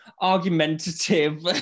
argumentative